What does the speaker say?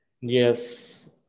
Yes